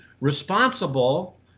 responsible